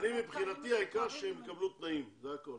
מבחינתי העיקר שהם יקבלו תנאים, זה הכול.